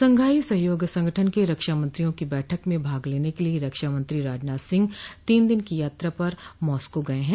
Shanghai सहयोग संगठन के रक्षा मंत्रियों की बैठक में भाग लेने के लिए रक्षा मंत्री राजनाथ सिंह तीन दिन की यात्रा पर मॉस्को गए हैं